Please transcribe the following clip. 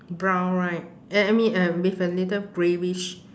brown right eh I mean uh with a little greyish